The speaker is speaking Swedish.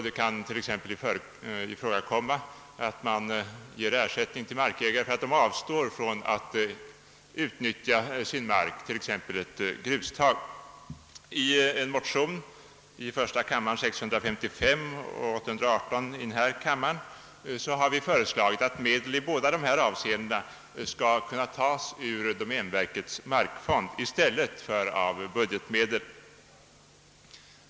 Det kan bl.a. ifrågakomma att man ger ersättning till markägare för att de avstår från att utnyttja sin mark, t.ex. som grustag. I ett motionspar, nr 655 i första kammaren och nr 818 i denna kammare, har vi föreslagit att pengar i båda dessa avseenden skall kunna tas ur domänverkets markfond i stället för av budgetmedel.